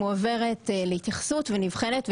מועברת להתייחסות ונבחנת.